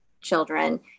children